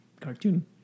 cartoon